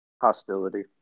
Hostility